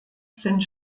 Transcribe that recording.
sind